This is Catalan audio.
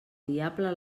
diable